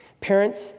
Parents